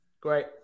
Great